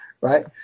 right